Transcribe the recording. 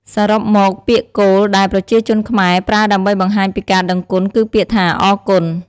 សរុបមកពាក្យគោលដែលប្រជាជនខ្មែរប្រើដើម្បីបង្ហាញពីការដឹងគុណ គឺពាក្យថា អរគុណ។